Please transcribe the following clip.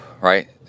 right